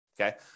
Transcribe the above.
okay